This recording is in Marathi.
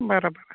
बरं बरं